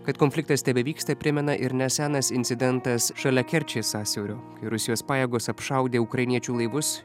kad konfliktas tebevyksta primena ir nesenas incidentas šalia kerčės sąsiaurio ir rusijos pajėgos apšaudė ukrainiečių laivus